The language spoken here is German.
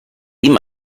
ihm